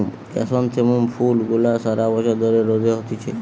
chrysanthemum ফুল গুলা সারা বছর ধরে রোদে হতিছে